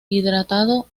hidratado